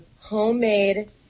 homemade